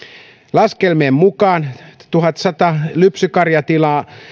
laskelmien mukaan tuhatsata lypsykarjatilaa